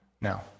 Now